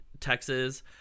Texas